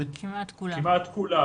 כמעט כולם.